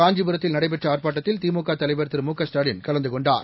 காஞ்சிபுரத்தில் நடைபெற்ற ஆர்ப்பாட்டத்தில் திமுக தலைவர் திரு முக ஸ்டாலின் கலந்து கொண்டார்